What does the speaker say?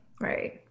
Right